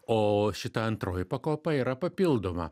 o šita antroji pakopa yra papildoma